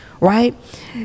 right